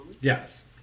Yes